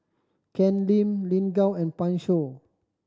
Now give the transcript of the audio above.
Ken Lim Lin Gao and Pan Shou